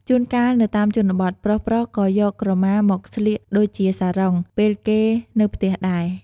ជួនកាល នៅតាមជនបទ ប្រុសៗក៏យកក្រមាមកស្លៀកដូចជាសារ៉ុង ពេលគេនៅផ្ទះដែរ។